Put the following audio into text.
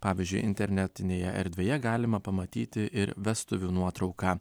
pavyzdžiui internetinėje erdvėje galima pamatyti ir vestuvių nuotrauką